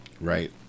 Right